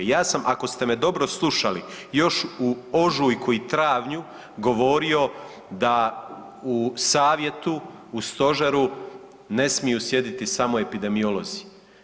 Ja sam ako ste me dobro slušali još u ožujku i travnju govorio da u Savjetu, Stožeru ne smiju sjediti samo epidemiolozi.